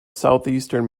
southeastern